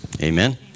amen